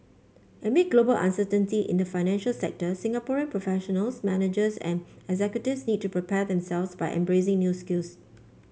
amid global uncertainty in the financial sector Singaporean professionals managers and executives need to prepare themselves by embracing new skills